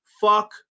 fuck